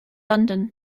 london